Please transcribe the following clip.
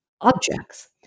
objects